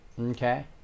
Okay